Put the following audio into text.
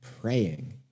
praying